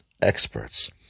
experts